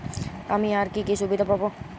আমি আর কি কি সুবিধা পাব?